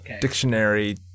dictionary